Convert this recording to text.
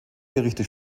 gerichte